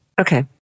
Okay